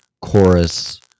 chorus